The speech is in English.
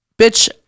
bitch